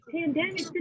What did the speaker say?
pandemic